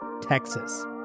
Texas